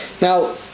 Now